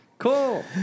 Cool